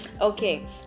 okay